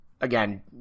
again